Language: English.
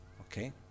okay